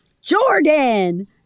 Jordan